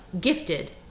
gifted